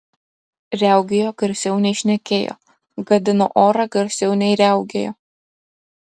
riaugėjo garsiau nei šnekėjo gadino orą garsiau nei riaugėjo